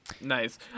Nice